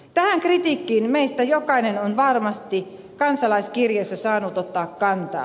tähän kritiikkiin meistä jokainen on varmasti kansalaiskirjeissä saanut ottaa kantaa